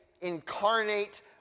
incarnate